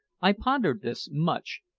i pondered this much,